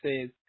says